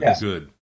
good